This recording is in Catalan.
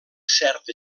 cert